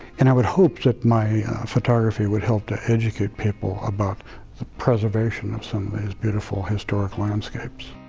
and, i would hope that my photography would help to educate people about the preservation of some of these beautiful, historic landscapes.